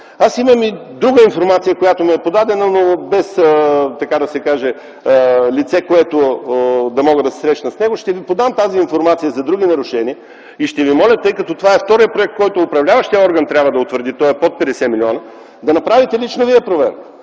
Аз имам и друга информация, която ми е подадена, но без така да се каже, лице, с което да мога да се срещна. Ще Ви подам тази информация за други нарушения и ще Ви моля, тъй като това е вторият проект, който управляващият орган трябва да утвърди, той е под 50 милиона, да направите лично Вие проверка.